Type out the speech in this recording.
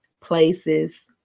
places